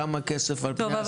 כמה כסף לא קיבלנו.